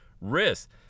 risk